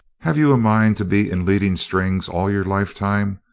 have you a mind to be in leading strings all your life time.